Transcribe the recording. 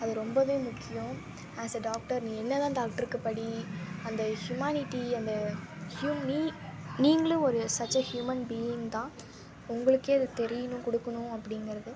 அது ரொம்பவே முக்கியம் அஸ் எ டாக்டர் நீ என்ன தான் டாக்ட்ருக்கு படி அந்த ஹியூமேனிட்டி அந்த ஹியூம்னி நீங்களும் ஒரு சச் எ ஹியூமன் பீயிங் தான் உங்களுக்கே அது தெரியணும் கொடுக்கணும் அப்படிங்கிறது